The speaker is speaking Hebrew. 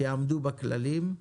שיעמדו בכללים,